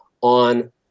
on